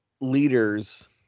leaders